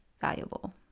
valuable